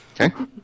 Okay